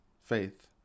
faith